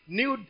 new